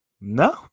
No